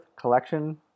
Collection